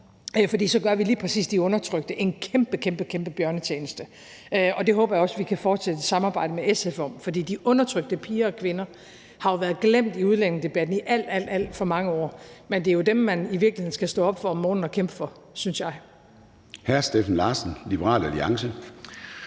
for så gør vi lige præcis de undertrykte en kæmpe, kæmpe bjørnetjeneste. Det håber jeg også at vi kan fortsætte et samarbejde med SF om at undgå, for de undertrykte piger og kvinder har jo været glemt i udlændingedebatten i alt, alt for mange år, men det er jo i virkeligheden dem, man skal stå op om morgenen og kæmpe for, synes jeg. Kl. 10:26 Formanden (Søren